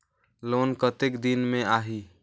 Loan कतेक दिन मे आही?